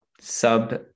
sub